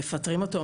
מפטרים אותו,